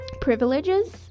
privileges